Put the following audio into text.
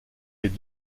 les